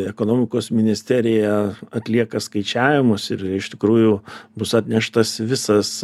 ekonomikos ministerija atlieka skaičiavimus ir iš tikrųjų bus atneštas visas